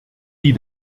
die